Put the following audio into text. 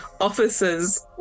officers